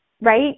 Right